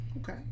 Okay